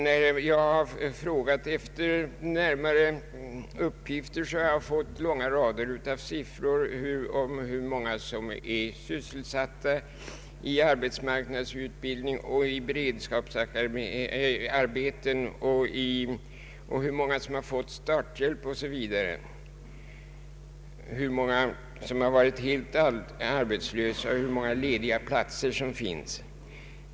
När jag har frågat efter närmare uppgifter har jag fått långa rader av siffror som redovisar hur många som är sysselsatta i arbetsmarknadsutbildning och i beredskapsarbeten, hur många som fått starthjälp 0. s. v., hur många som varit helt arbetslösa samt hur många lediga platser som finns.